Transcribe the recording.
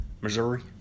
Missouri